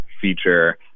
feature